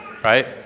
Right